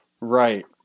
Right